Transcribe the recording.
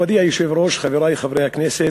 מכובדי היושב-ראש, חברי חברי הכנסת,